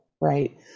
right